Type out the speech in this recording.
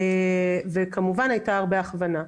וכמובן הייתה הרבה הכוונה.